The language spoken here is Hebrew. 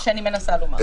זה מה שאני מנסה לומר.